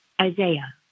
Isaiah